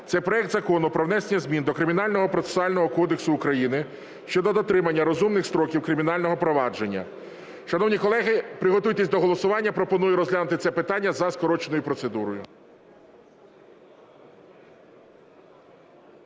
Це проект Закону про внесення змін до Кримінального процесуального кодексу України (щодо дотримання розумних строків кримінального провадження). Шановні колеги, приготуйтесь до голосування. Пропоную розглянути це питання за скороченою процедурою.